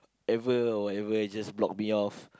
ever or even just block me off